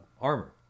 armor